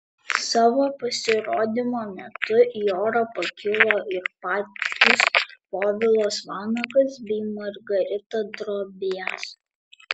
savo pasirodymo metu į orą pakilo ir patys povilas vanagas bei margarita drobiazko